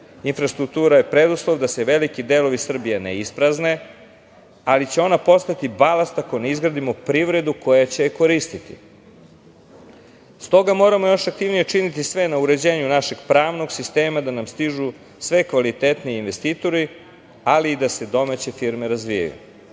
deo. Infrastruktura je preduslov da se veliki delovi Srbije ne isprazne, ali će ona postati balast ako ne izgradimo privredu koja će je koristiti. Stoga, moramo još aktivnije činiti sve na uređenju našeg pravnog sistema, da nam stižu sve kvalitetniji investitori, ali i da se domaće firme razvijaju. Ako